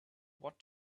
what